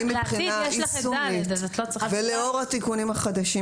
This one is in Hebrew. האם מבחינה יישומית ולאור התיקונים החדשים